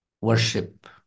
worship